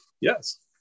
yes